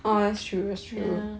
yeah